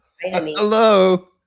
Hello